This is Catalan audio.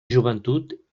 joventut